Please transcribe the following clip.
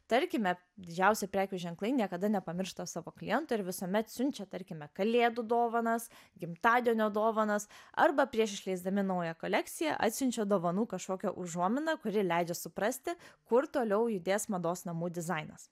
tarkime didžiausi prekių ženklai niekada nepamiršta savo klientų ir visuomet siunčia tarkime kalėdų dovanas gimtadienio dovanas arba prieš išleisdami naują kolekciją atsiunčia dovanų kažkokią užuominą kuri leidžia suprasti kur toliau judės mados namų dizainas